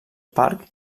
parc